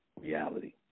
reality